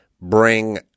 bring